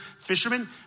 fishermen